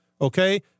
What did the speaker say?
okay